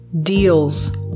deals